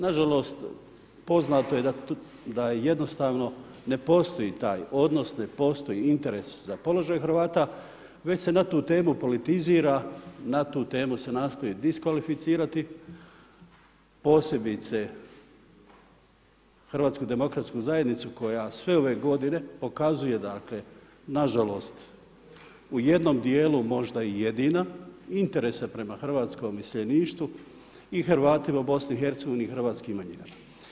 Nažalost poznato je da jednostavno ne postoji taj odnos, ne postoji interes za položaj Hrvata već se na tu temu politizira, na tu temu se nastoji diskvalificirati, posebice HDZ koja sve ove godine pokazuje dakle nažalost u jednom dijelu možda i jedina interese prema hrvatskom iseljeništvu i Hrvatima u BiH-a i hrvatskim manjinama.